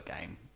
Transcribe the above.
game